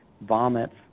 vomits